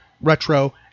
retro